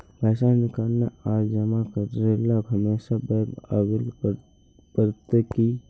पैसा निकाले आर जमा करेला हमेशा बैंक आबेल पड़ते की?